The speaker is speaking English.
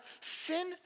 sin